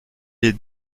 est